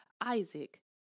Isaac